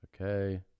okay